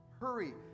hurry